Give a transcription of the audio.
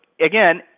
again